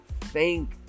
thank